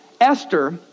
Esther